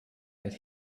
that